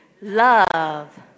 Love